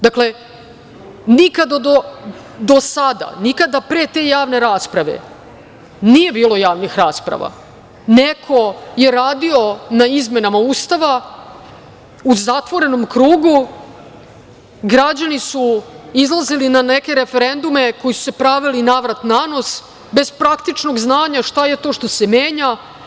Dakle, nikada do sada, nikada pre te javne rasprave, nije bilo javnih rasprava, neko je radio na izmenama Ustava u zatvorenom krugu, građani su izlazili na neke referendume, koji su se pravili na vrat na nos, bez praktično, znanja šta je to što se menja.